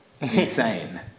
Insane